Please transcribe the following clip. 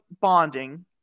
bonding